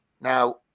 Now